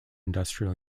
industrial